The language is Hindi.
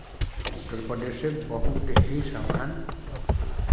उत्तर प्रदेश से बहुत ही सामान